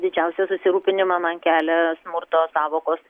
didžiausią susirūpinimą man kelia smurto sąvokos